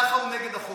ככה הוא נגד החוק